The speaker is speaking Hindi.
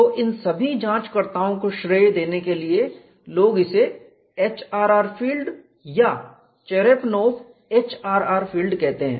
तो इन सभी जांचकर्ताओं को श्रेय देने के लिए लोग इसे HRR फील्ड या चेरेपनोव HRR फील्ड कहते हैं